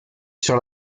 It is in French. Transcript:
sur